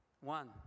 One